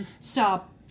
stop